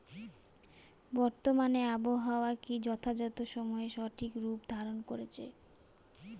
বর্তমানে আবহাওয়া কি যথাযথ সময়ে সঠিক রূপ ধারণ করছে?